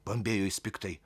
bambėjo jis piktai